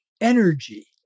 energy